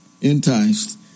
enticed